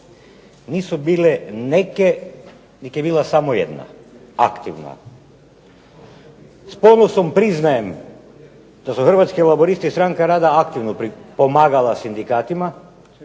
Nisu bile neke nego je bila samo jedna aktivna. S ponosom priznajem da su Hrvatski laburisti-Stranka rada aktivno pomagala sindikatima